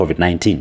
COVID-19